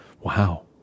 Wow